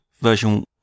version